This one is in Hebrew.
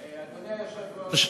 אדוני היושב-ראש,